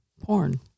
porn